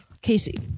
Casey